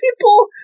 people